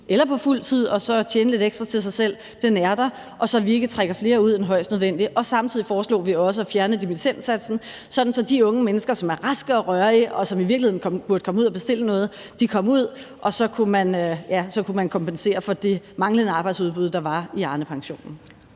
eller på fuldtid og tjene lidt ekstra til sig selv er der, og så vi ikke trækker flere ud end højst nødvendigt. Samtidig foreslog vi også at fjerne dimittendsatsen, sådan at de unge mennesker, som er raske og rørige, og som i virkeligheden burde komme ud at bestille noget, kom ud, og så kunne man dermed kompensere for det manglende arbejdsudbud, der var, som